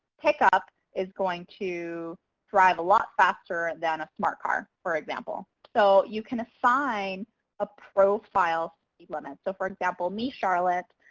pickup is going to drive a lot faster than a smart car, for example. so you can assign a profile speed limit. so for example, me, charlotte,